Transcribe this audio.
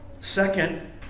Second